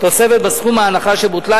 תוספת בסכום ההנחה שבוטלה.